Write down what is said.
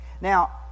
Now